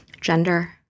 gender